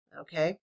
Okay